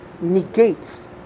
negates